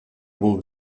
would